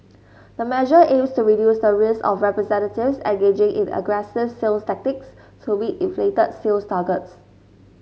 the measure aims to reduce the risk of representatives engaging in aggressive sales tactics to meet inflated sales targets